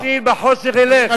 והכסיל בחושך ילך.